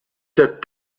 cette